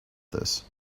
this